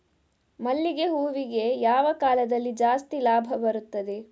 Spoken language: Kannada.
ಮಲ್ಲಿಗೆ ಹೂವಿಗೆ ಯಾವ ಕಾಲದಲ್ಲಿ ಜಾಸ್ತಿ ಲಾಭ ಬರುತ್ತದೆ?